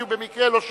כי במקרה הוא לא שמע.